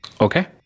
Okay